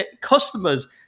Customers